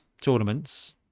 tournaments